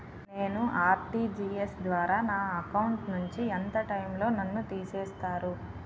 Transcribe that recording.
నేను ఆ.ర్టి.జి.ఎస్ ద్వారా నా అకౌంట్ నుంచి ఎంత టైం లో నన్ను తిసేస్తారు?